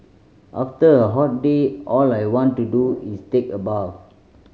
after a hot day all I want to do is take a bath